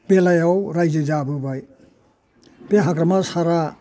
बेलायाव रायजो जाबोबाय बे हाग्रामा सारआ